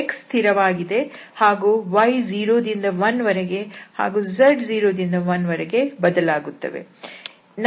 ಇಲ್ಲಿ x ಸ್ಥಿರವಾಗಿದೆ ಹಾಗೂ y 0 ದಿಂದ 1 ವರೆಗೆ ಹಾಗೂ z 0 ದಿಂದ 1 ವರೆಗೆ ಬದಲಾಗುತ್ತವೆ